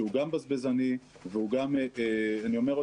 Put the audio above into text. שהוא גם בזבזני וגם אני אומר עוד פעם,